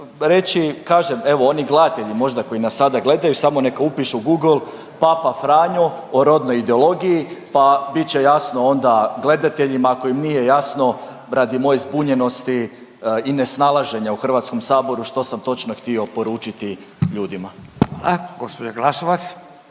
reći, kažem evo oni gledatelji možda koji nas sada gledaju samo neka upišu u Google Papa Franjo o rodnoj ideologiji, pa bit će jasno onda gledateljima ako im nije jasno radi moje zbunjenosti i nesnalaženja u Hrvatskom saboru što sam točno htio poručiti ljudima. **Radin, Furio